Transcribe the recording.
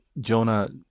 Jonah